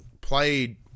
played